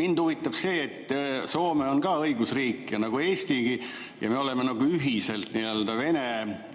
mind huvitab see, et Soome on ka õigusriik nagu Eestigi ja me oleme nagu ühiselt Vene